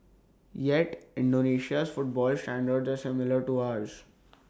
yet Indonesia's football standards are similar to ours